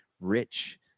rich